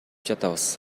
жатабыз